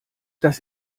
das